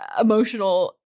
emotional